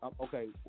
okay